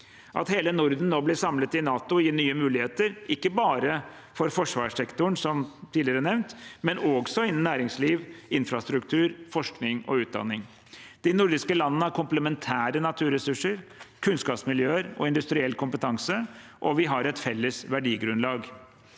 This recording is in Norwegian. At hele Norden nå blir samlet i NATO, gir nye muligheter, ikke bare for forsvarssektoren, som tidligere nevnt, men også innen næringsliv, infrastruktur, forskning og utdanning. De nordiske landene har komplementære naturressurser, kunnskapsmiljøer og industriell kompetanse, og vi har et felles verdigrunnlag.